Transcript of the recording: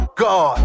god